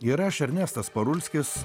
ir aš ernestas parulskis